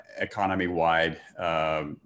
economy-wide